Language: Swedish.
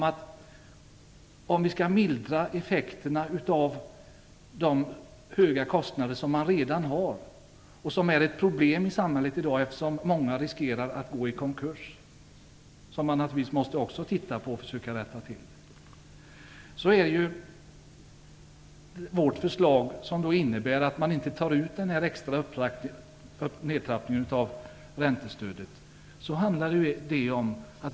Att många redan har höga kostnader är ett problem i samhället i dag, eftersom många riskerar att gå i konkurs. Det måste man naturligtvis också titta på och försöka rätta till. Vårt förslag för att mildra effekterna innebär att man inte tar ut den extra nedtrappningen av räntestödet.